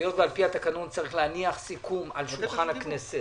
והיות ועל פי התקנון צריך להניח סיכום על שולחן הכנסת,